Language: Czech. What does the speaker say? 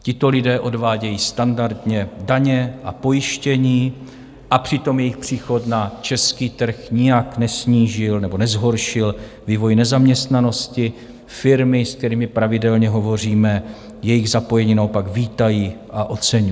Tito lidé odvádějí standardně daně a pojištění a přitom jejich příchod na český trh nijak nesnížil nebo nezhoršil vývoj nezaměstnanosti, firmy, s kterými pravidelně hovoříme, jejich zapojení naopak vítají a oceňují.